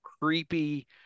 creepy